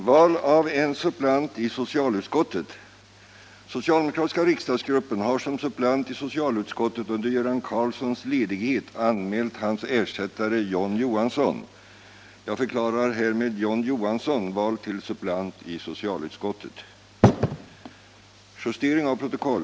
Som ny suppleant i justitieutskottet efter Iris Mårtensson har socialdemokratiska riksdagsgruppen anmält Åke Green. Som ny suppleant i utbildningsutskottet efter Åke Green har socialdemokratiska riksdagsgruppen anmält Iris Mårtensson.